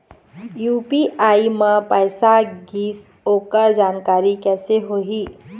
UPI म पैसा गिस ओकर जानकारी कइसे होही?